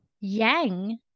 yang